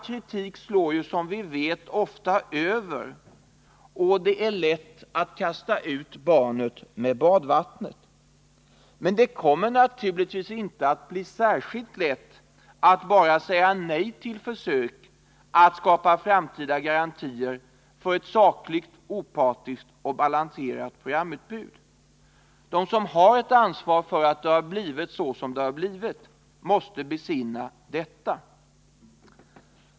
Kritik slår ju som vi vet ofta över, och det är lätt att kasta ut barnet med badvattnet. Men det kommer naturligtvis inte att bli särskilt lätt att säga nej till försök att skapa framtida garantier för ett sakligt, opartiskt och balanserat programutbud. De som har ett ansvar för att det har blivit som det har blivit måste besinna detta.